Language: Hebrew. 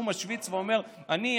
משוויץ ואומר: אני,